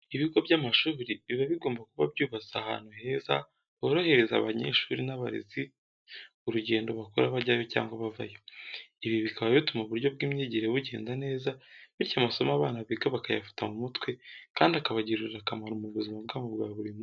Ibigo by'amashuri biba bigomba kuba byubatse ahantu heza horohereza abanyeshuri n'abarezi urugendo bakora bajyayo cyangwa bavayo. Ibi bikaba bituma uburyo bw'imyigire bugenda neza, bityo amasomo abana biga bakayafata mu mutwe kandi akabagirira akamaro mu buzima bwabo bwa buri munsi.